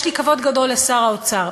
יש לי כבוד גדול לשר האוצר,